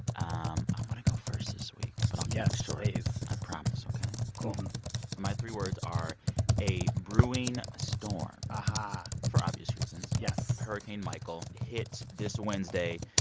um i'm going to go first this week, but i'll. yes i promise, ok? cool um my three words are a brewing storm aha for obvious reasons yes hurricane michael hit this wednesday.